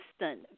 instant